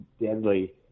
deadly